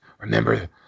remember